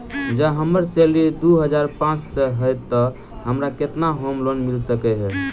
जँ हम्मर सैलरी दु हजार पांच सै हएत तऽ हमरा केतना होम लोन मिल सकै है?